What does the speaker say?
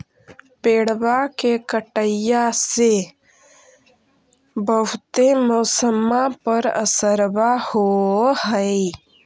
पेड़बा के कटईया से से बहुते मौसमा पर असरबा हो है?